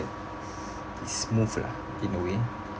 it's smooth lah in a way